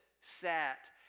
sat